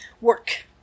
work